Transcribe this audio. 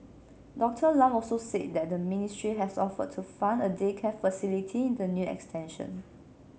Doctor Lam also said that the ministry has offered to fund a daycare facility in the new extension